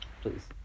please